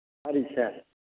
ꯇꯥꯔꯤꯛꯁꯦ